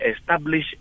establish